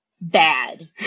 bad